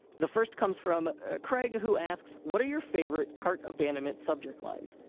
the first comes from craig, who asks, what are your favorite cart abandonment subject lines?